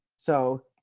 so,